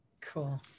Cool